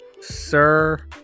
sir